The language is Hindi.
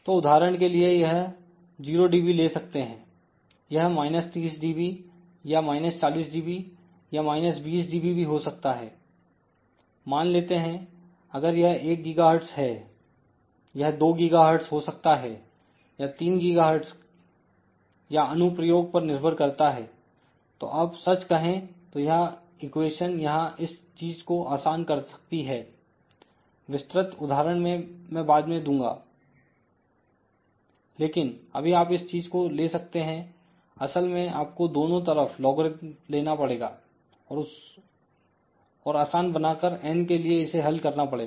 तो उदाहरण के लिए यह 0dB ले सकते हैं यह 30 dB या 40 dB या 20dB भी हो सकता है मान लेते हैं अगर यह 1 गीगाहर्टज है यह 2 गीगाहर्टज हो सकता है या 3 गीगाहर्टज या अनुप्रयोग पर निर्भर करता है तो अब सच कहें तो यह इक्वेशन यहां इस चीज को आसान कर सकती है विस्तृत उदाहरण मैं बाद में दूंगा लेकिन अभी आप इस चीज को ले सकते हैंअसल में आपको दोनों तरफ लॉग्र्रिदम लेना पड़ेगा और आसान बना कर n के लिए इसे हल करना पड़ेगा